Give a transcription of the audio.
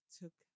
took